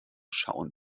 schauen